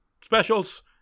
specials